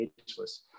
ageless